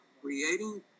creating